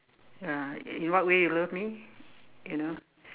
ya in what way you love me you know